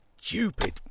stupid